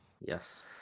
Yes